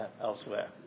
elsewhere